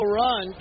run